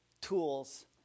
tools